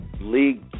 league